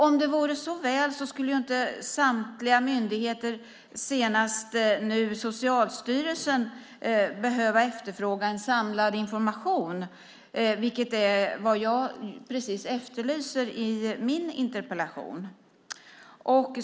Om det vore så väl skulle ju inte samtliga myndigheter, senast Socialstyrelsen, behöva efterfråga en samlad information, vilket är precis vad jag efterlyser i min interpellation.